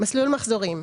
"מסלול מחזורים"